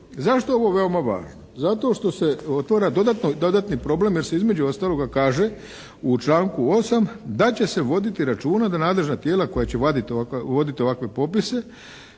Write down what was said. Zašto je ovo veoma važno? Zato što se otvara dodatni problem jer se između ostaloga kaže u članku 8. da će se voditi računa da nadležna tijela koja će voditi ovakve popise